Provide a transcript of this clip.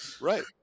Right